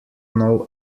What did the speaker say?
know